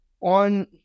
on